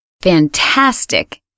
fantastic